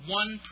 one